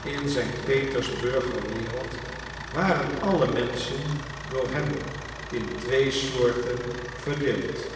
in zijn petersburger wereld waren alle menschen door hem in twee soorten verdeeld